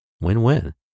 Win-win